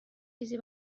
چیزی